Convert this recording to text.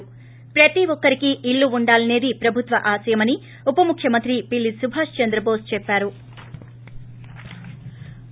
ి ప్రతి ఒక్కరికీ ఇల్లు ఉండాలసేది ప్రభుత్వ ఆశయమని ఉపముఖ్యమంత్రి మంత్రి పిల్లి సుభాష్ చంద్రబోస్ చెప్పారు